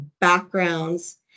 backgrounds